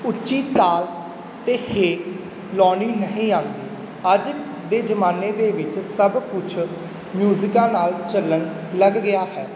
ਉੱਚੀ ਤਾਲ 'ਤੇ ਹੇਕ ਲਗਾਉਣੀ ਨਹੀਂ ਆਉਂਦੀ ਅੱਜ ਦੇ ਜ਼ਮਾਨੇ ਦੇ ਵਿੱਚ ਸਭ ਕੁਛ ਮਿਊਜ਼ਿਕਾਂ ਨਾਲ ਚੱਲਣ ਲੱਗ ਗਿਆ ਹੈ